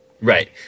Right